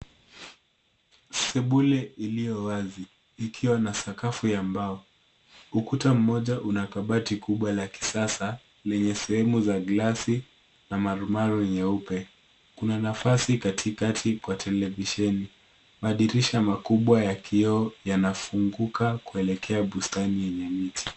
Sebule iliyo wazi ikiwa na sakafu ya mbao. Ukuta mmoja una kabati kubwa la kisasa lenye sehemu za glasi na marumaru nyeupe. Kuna nafasi katika kati kwa televisheni. Madirisha makubwa ya kioo yanafunguka kuelekea bustani yenye miti.